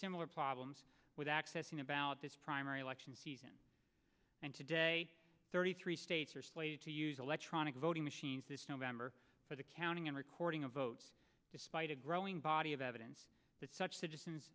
similar problems with accessing about this primary election season and today thirty three states are slated to use electronic voting machines this november for the counting and recording of votes despite a growing body of evidence that such citizens